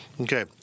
Okay